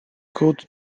gut